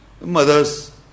mothers